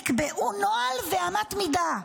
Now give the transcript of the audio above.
יקבעו נוהל ואמת מידה.